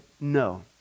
no